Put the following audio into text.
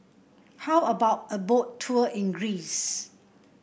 how about a Boat Tour in Greece